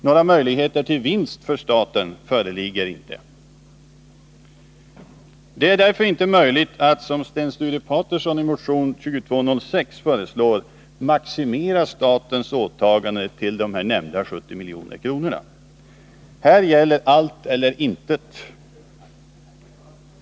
Några möjligheter till vinst för staten föreligger inte. Det är därför inte möjligt att, som Sten Sture Paterson i motion 2206 föreslår, maximera statens åtagande till nämnda 70 milj.kr. Här gäller allt eller intet.